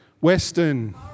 Western